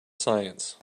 science